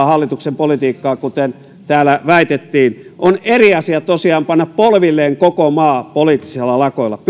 hallituksen politiikkaa kuten täällä väitettiin on tosiaan eri asia pyrkiä panemaan polvilleen koko maa poliittisilla lakoilla